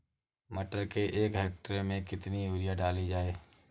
मटर के एक हेक्टेयर में कितनी यूरिया डाली जाए?